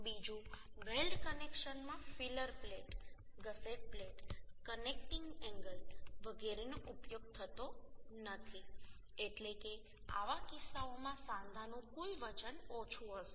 બીજું વેલ્ડ કનેક્શનમાં filler plate gusset plate connecting angle વગેરેનો ઉપયોગ થતો નથી એટલે કે આવા કિસ્સાઓમાં સાંધા નું કુલ વજન ઓછું હશે